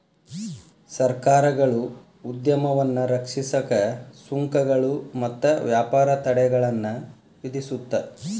ಸರ್ಕಾರಗಳು ಉದ್ಯಮವನ್ನ ರಕ್ಷಿಸಕ ಸುಂಕಗಳು ಮತ್ತ ವ್ಯಾಪಾರ ತಡೆಗಳನ್ನ ವಿಧಿಸುತ್ತ